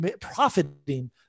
profiting